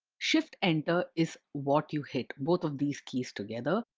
shift enter is what you hit, both of these keys together,